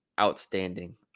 outstanding